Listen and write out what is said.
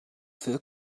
für